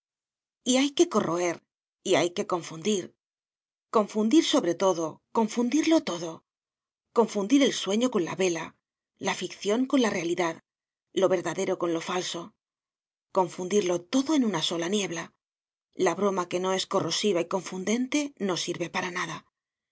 y hay que corroer y hay que confundir confundir sobre todo confundirlo todo confundir el sueño con la vela la ficción con la realidad lo verdadero con lo falso confundirlo todo en una sola niebla la broma que no es corrosiva y confundente no sirve para nada